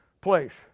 place